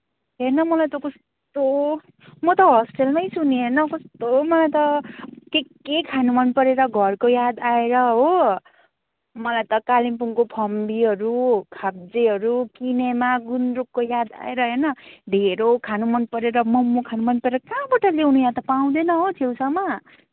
हेर्न मलाई त कस्तो म त होस्टेलमै छु नि होइन कस्तो मलाई त के के खान मन परेर घरको याद आएर हो मलाई त कालिम्पोङको फम्बीहरू खाब्जेहरू किनेमा गुन्द्रुको याद आएर हेर्न ढिँडो खान मन परेर मोमो खान मन परेर काहँबाट ल्याउने यहाँ त पाउँदैन हो छेउछाउमा